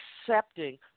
accepting